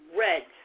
red